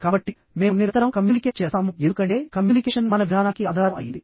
కాబట్టి మేము నిరంతరం కమ్యూనికేట్ చేస్తాము ఎందుకంటే కమ్యూనికేషన్ మన విధానానికి ఆధారం అయ్యింది